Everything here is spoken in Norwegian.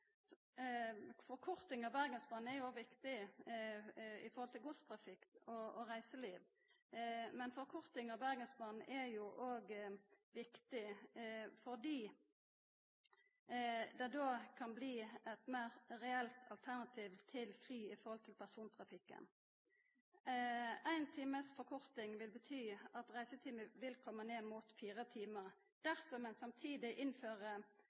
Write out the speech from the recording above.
Forkorting av Bergensbanen er òg viktig når det gjeld godstrafikk og reiseliv, men forkorting av Bergensbanen er jo òg viktig fordi det då kan bli eit meir reelt alternativ til fly med omsyn til persontrafikken. Ein times forkorting vil bety at reisetida vil komma ned mot 4 timar. Dersom ein samtidig innfører